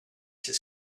his